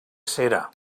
cera